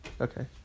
Okay